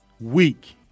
week